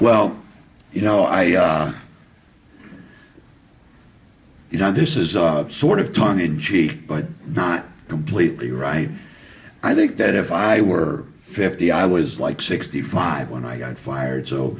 well you know i you know this is sort of tongue in cheek but not completely right i think that if i were fifty i was like sixty five when i got fired so